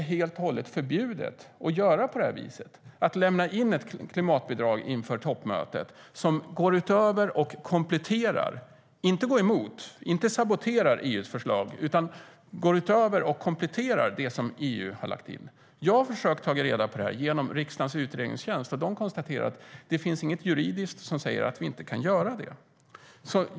Är det helt förbjudet att lämna in ett klimatbidrag inför toppmötet som går utöver och kompletterar - inte går emot eller saboterar - det förslag EU lämnat in? Jag har försökt ta reda på detta genom riksdagens utredningstjänst. De konstaterade att det inte finns något juridiskt som säger att vi inte kan göra det.